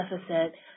deficit